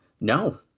No